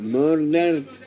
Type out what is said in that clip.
murdered